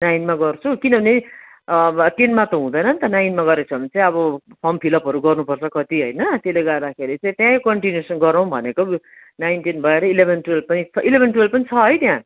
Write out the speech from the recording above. नाइनमा गर्छु किनभने टेनमा त हुँदैन नि त नाइनमा गरेको छ भने चाहिँ अब फर्म फिलअपहरू गर्नुपर्छ कति होइन त्यसले गर्दाखेरि चाहिँ त्ययहीँ कन्टिनिवेसन गराउँ भनेको नाइन टेन भइहाल्यो इलेभेन टुवेल्भ पनि इलेभेन टुवेल्भ पनि छ है त्यहाँ